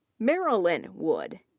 marilyn wood,